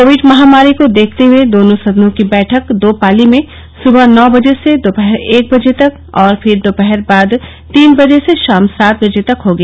Covid महामारी को देखते हुए दोनों सदनों की बैठक दो पाली में सुबह नौ बजे से दोपहर एक बजे तक और फिर दोपहर बाद तीन बजे से शाम सात बजे तक होगी